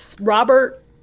Robert